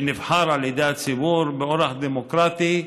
שנבחר על ידי הציבור באורח דמוקרטי,